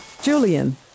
Julian